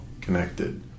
connected